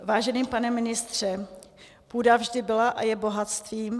Vážený pane ministře, půda vždy byla a je bohatstvím.